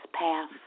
path